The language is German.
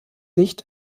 licht